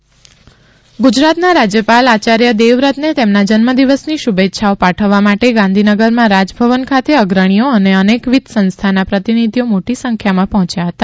રાજયપાલ જન્મદિવસ શુભેચ્છા ગુજરાતના રાજ્યપાલ આચાર્ય દેવવ્રતને તેમના જન્મદિવસની શુભેછાઓ પાઠવવા માટે ગાંધીનગરમાં રાજ ભવન ખાતે અગ્રણીઓ અને અનેકવિધ સંસ્થાના પ્રતિનિધિઓ મોટી સંખ્યામાં પહોચ્યા હતા